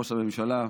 ראש הממשלה,